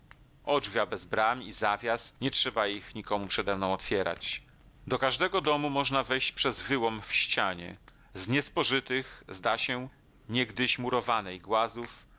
popasać odrzwia bez bram i zawias nie trzeba ich nikomu przedemną otwierać do każdego domu można wejść przez wyłom w ścianie z niespożytych zda się niegdyś murowanej głazów